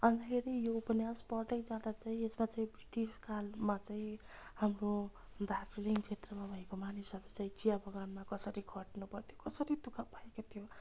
अन्तखेरि यो उपन्यास पढदै जाँदा चाहिँ यसमा चाहिँ ब्रिटिस कालमा चाहिँ हाम्रो दार्जिलिङ क्षेत्रमा भएको मानिसहरू चाहिँ चिया बगानमा कसरी खट्नु पर्थ्यो कसरी दुःख पाएको थियो